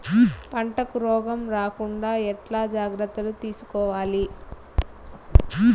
పంటకు రోగం రాకుండా ఎట్లా జాగ్రత్తలు తీసుకోవాలి?